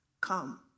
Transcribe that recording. come